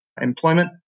employment